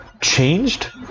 changed